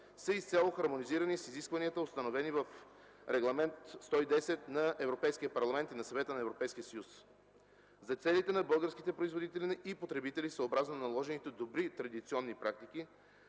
са изцяло хармонизирани с изискванията, установени в Регламент № 110 на Европейския парламент и на Съвета на Европейския съюз. За целите на българските производители и потребители, съобразно наложените добри традиционни практики,